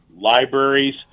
libraries